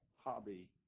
hobby